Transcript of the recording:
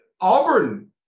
Auburn